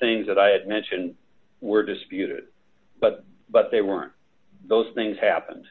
things that i had mentioned were disputed but but they weren't those things happened